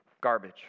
garbage